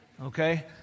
Okay